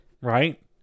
Right